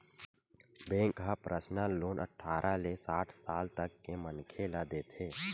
bank ह personal loan अठारह ले साठ साल तक के मनखे ल देथे